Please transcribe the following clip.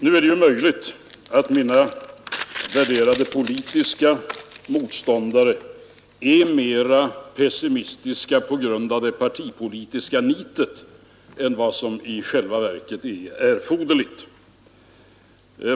Nu är det möjligt att mina värderade politiska motståndare är mera pessimistiska på grund av det partipolitiska nitet än vad som i själva verket är erforderligt.